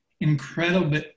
incredible